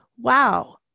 wow